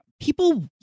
People